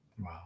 Wow